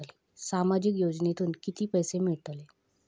सामाजिक योजनेतून किती पैसे मिळतले?